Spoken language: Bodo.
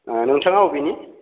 नोंथाङा बबेनि